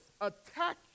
attack